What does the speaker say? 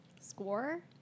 score